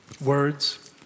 words